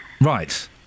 Right